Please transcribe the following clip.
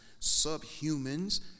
subhumans